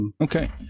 Okay